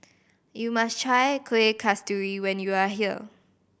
you must try Kueh Kasturi when you are here